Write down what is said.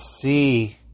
see